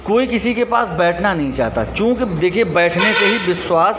कोई किसी के पास बैठना नहीं चाहता चूँकि देखिए बैठने से ही विश्वास